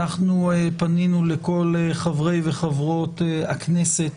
אנחנו פנינו לכל חברי וחברות הכנסת